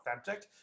authentic